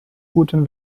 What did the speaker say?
guten